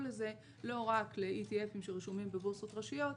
הזה לא רק ל- ETF שרשומים בבורסות ראשיות,